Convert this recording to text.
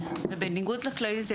ובניגוד לכללית,